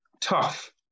tough